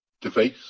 device